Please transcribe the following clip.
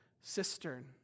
cistern